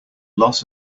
loss